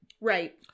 Right